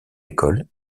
école